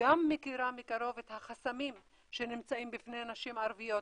וגם מכירה מקרוב את החסמים שנמצאים בפני נשים ערביות,